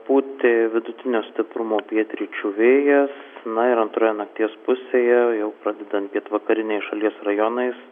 pūtė vidutinio stiprumo pietryčių vėjas na ir antroje nakties pusėje jau pradedant pietvakariniais šalies rajonais